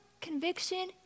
conviction